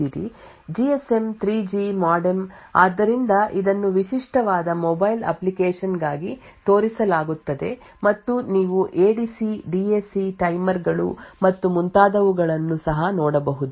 ಆದ್ದರಿಂದ ನೀವು ಹಲವಾರು ವಿಭಿನ್ನ ಮೋಡೆಮ್ ಗಳನ್ನು ಹೊಂದಿರುವ ಮುಖ್ಯ ಪ್ರೊಸೆಸರ್ ನ ಉದಾಹರಣೆಯನ್ನು ಹೊಂದಿರುತ್ತೀರಿ ಜಿಎಸ್ಎಮ್ 3ಜಿ ಮೋಡೆಮ್ ಆದ್ದರಿಂದ ಇದನ್ನು ವಿಶಿಷ್ಟವಾದ ಮೊಬೈಲ್ ಅಪ್ಲಿಕೇಶನ್ ಗಾಗಿ ತೋರಿಸಲಾಗುತ್ತದೆ ಮತ್ತು ನೀವು ಎಡಿಸಿ ಡಿಎಸಿ ಟೈಮರ್ ಗಳು ಮತ್ತು ಮುಂತಾದವುಗಳನ್ನು ಸಹ ನೋಡಬಹುದು